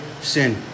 sin